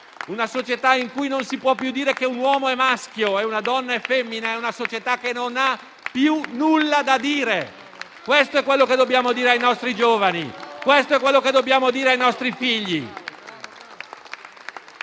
Una società in cui non si può più dire che un uomo è maschio e una donna è femmina è una società che non ha più nulla da dire. Questo è quello che dobbiamo dire ai nostri giovani, questo è quello che dobbiamo dire ai nostri figli!